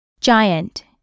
Giant